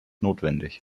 notwendig